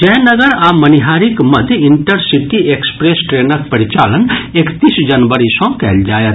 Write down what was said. जयनगर आ मनिहारीक मध्य इंटरसिटी एक्सप्रेस ट्रेनक परिचालन एकतीस जनवरी सँ कयल जायत